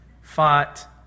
fought